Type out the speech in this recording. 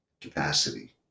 capacity